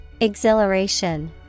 Exhilaration